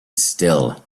still